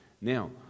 now